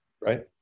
Right